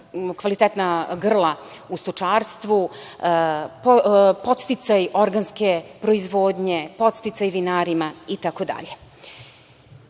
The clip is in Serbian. kvalitetna grla u stočarstvu, podsticaj organske proizvodnje, podsticaj vinarima itd.